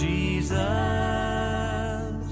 Jesus